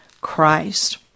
Christ